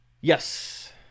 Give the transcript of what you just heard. Yes